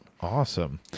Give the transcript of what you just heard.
Awesome